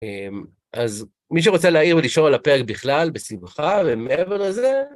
אז מי שרוצה להעיר ולשאול על הפרק בכלל - בשמחה, ומעבר לזה...